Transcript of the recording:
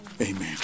amen